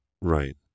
Right